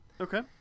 okay